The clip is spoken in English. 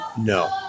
No